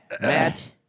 Matt